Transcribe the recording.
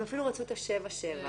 הם אפילו רצו את השבע שבע.